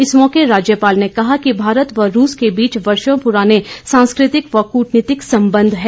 इस मौके राज्यपाल ने कहा कि भारत व रूस के बीच वर्षो पुराने सांस्कृतिक व कूटनीतिक संबंध हैं